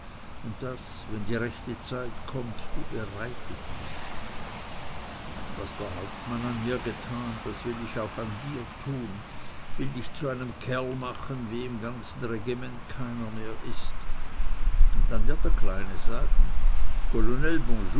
und daß wenn die rechte zeit kommt du bereitet bist was der hauptmann an mir getan das will ich an dir auch tun will dich zu einem kerl machen wie im ganzen regiment keiner mehr ist und dann wird der kleine sagen